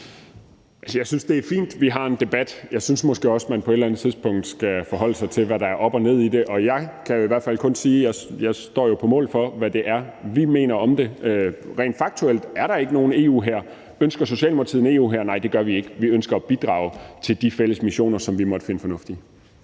Jeg synes, det er fint, vi har en debat. Jeg synes måske også, man på et eller andet tidspunkt skal forholde sig til, hvad der er op og ned i det, og jeg kan jo i hvert fald kun sige, at jeg står på mål for, hvad det er, vi mener om det. Rent faktuelt er der ikke nogen EU-hær. Ønsker Socialdemokratiet en EU-hær? Nej, det gør vi ikke. Vi ønsker at bidrage til de fælles missioner, som vi måtte finde fornuftige.